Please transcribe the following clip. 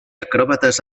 acròbates